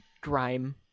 grime